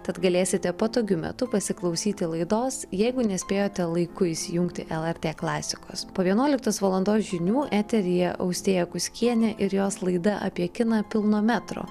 tad galėsite patogiu metu pasiklausyti laidos jeigu nespėjote laiku įsijungti lrt klasikos po vienuoliktos valandos žinių eteryje austėja kuskienė ir jos laida apie kiną pilno metro